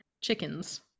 chickens